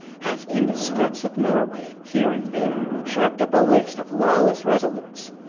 hath in the skirts of norway, here and there, shark'd up a list of lawless resolutes,